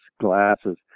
glasses